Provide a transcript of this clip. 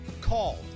Call